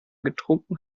getrunken